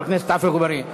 חבר הכנסת עפו אגבאריה.